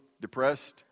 depressed